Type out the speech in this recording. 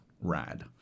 rad